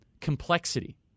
complexity